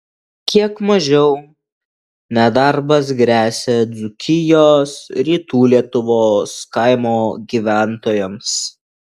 kiek mažiau nedarbas gresia dzūkijos rytų lietuvos kaimo gyventojams